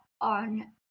on